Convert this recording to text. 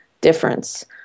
difference